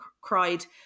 cried